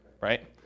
right